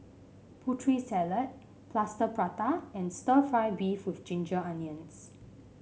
Putri Salad Plaster Prata and stir fry beef with Ginger Onions